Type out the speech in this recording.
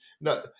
No